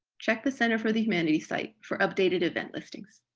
check the center for the humanities site for updated event listings.